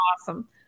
awesome